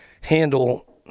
handle